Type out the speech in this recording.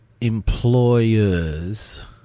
employers